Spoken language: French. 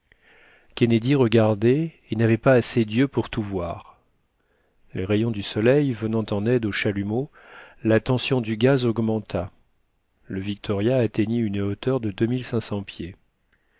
kennedy regardait et n'avait pas assez d'yeux pour tout voir les rayons du soleil venant en aide au chalumeau la tension du gaz augmenta le victoria atteignit une hauteur de